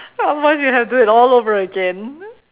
once you have to do it all over again